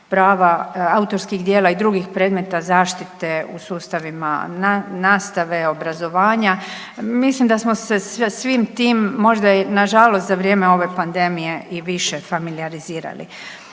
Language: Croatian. prava, autorskih djela i drugih predmeta zaštite u sustavima nastave i obrazovanja. Mislim da smo se svim tim možda i nažalost za vrijeme ove pandemije i više familijarizirali.